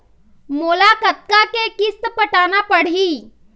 मोला कतका के किस्त पटाना पड़ही?